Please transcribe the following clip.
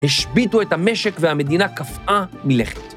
השביתו את המשק והמדינה קפאה מלכת.